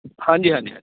ਹਾਂਜੀ ਹਾਂਜੀ ਹਾਂਜੀ